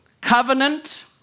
Covenant